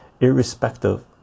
irrespective